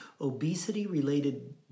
Obesity-related